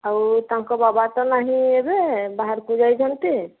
ଆଉ ତାଙ୍କ ବାବା ତ ନାହିଁ ଏବେ ବାହାରକୁ ଯାଇଛନ୍ତି